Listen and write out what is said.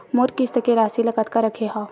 मोर किस्त के राशि ल कतका रखे हाव?